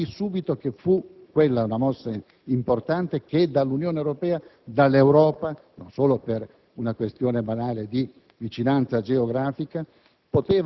Capì subito - fu quella una mossa importante - che dall'Unione Europea, dall'Europa, non solo per una questione di banale vicinanza geografica,